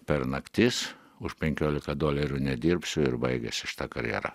per naktis už penkiolika dolerių nedirbsiu ir baigėsi šita karjera